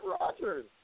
Rogers